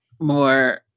more